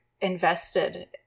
invested